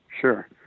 Sure